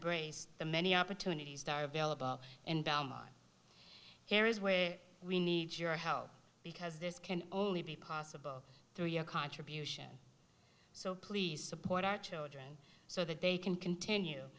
brace the many opportunities that are available here is where we need your help because this can only be possible through your contribution so please support our children so that they can continue